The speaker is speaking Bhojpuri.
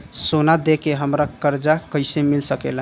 सोना दे के हमरा कर्जा कईसे मिल सकेला?